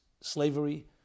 slavery